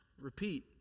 repeat